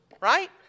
right